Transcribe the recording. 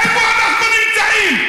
איפה אנחנו נמצאים?